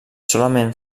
solament